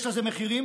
יש לזה מחירים.